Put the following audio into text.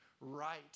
right